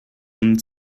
und